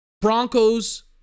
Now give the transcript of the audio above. Broncos